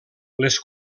les